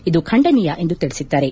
ಇದು ಖಂಡನೀಯ ಎಂದು ತೆಳಿಸಿದ್ದಾರೆ